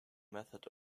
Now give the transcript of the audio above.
method